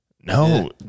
No